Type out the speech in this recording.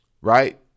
right